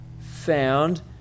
found